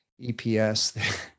eps